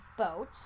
boat